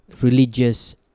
religious